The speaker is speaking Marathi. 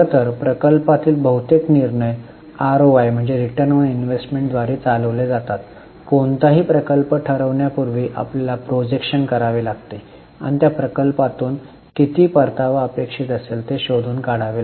खरं तर प्रकल्पातील बहुतेक निर्णय आरओआय द्वारे चालविले जातात कोणताही प्रकल्प ठरविण्यापूर्वी आपल्याला प्रोजेक्शन करावे लागेल आणि त्या प्रकल्पा तून किती परतावा अपेक्षित असेल ते शोधून काढा